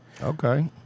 Okay